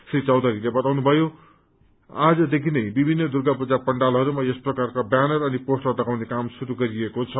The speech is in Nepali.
श्री चौधरीले बताउनुभयो आजदखि नै विभिन्न दुर्गा पूजा पण्डालहरूमा यस प्रकारका ब्यानर अनि पोस्टर लगाउने काम शुरू गरिएको छ